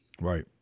right